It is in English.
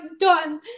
done